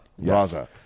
Raza